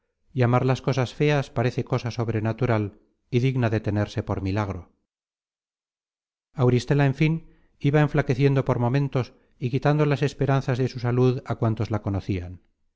amar las cosas feas parece cosa sobrenatural y digna de tenerse por milagro auristela en fin iba enflaqueciendo por momentos y quitando las esperanzas de su salud á cuantos la conocian